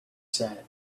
said